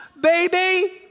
baby